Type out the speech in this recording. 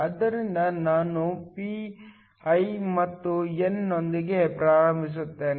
ಆದ್ದರಿಂದ ನಾನು p i ಮತ್ತು n ನೊಂದಿಗೆ ಪ್ರಾರಂಭಿಸುತ್ತೇನೆ